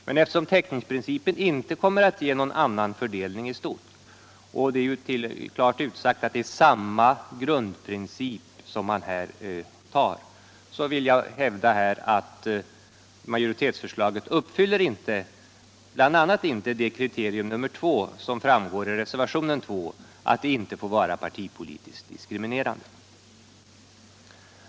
Men eftersom täckningsprincipen inte kommer att ge någon annan fördelning av stödet — det är klart utsagt att det är samma grundprincip som skall gälla — vill jag hävda att majoritetsförslaget inte uppfyller bl.a. det kriterium nr 2 som nämns i reservationen 2, att stödet inte får vara partipolitiskt diskriminerande.